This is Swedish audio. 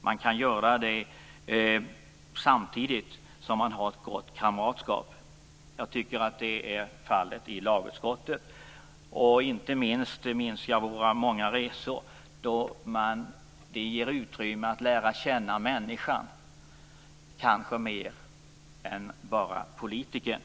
Man kan göra det samtidigt som man har ett gott kamratskap. Jag tycker att det är fallet i lagutskottet. Jag minns inte minst våra många resor, som ger utrymme att lära känna människan kanske snarare än politikern.